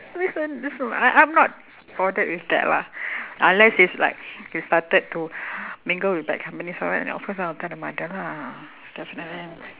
listen listen I I'm not bothered with that lah unless it's like he started to mingle with bad companies of course I'll tell the mother lah definitely